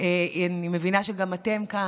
אני מבינה שגם אתם כאן,